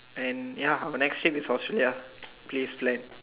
and ya my next tip is Australia please plan